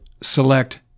select